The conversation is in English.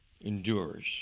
endures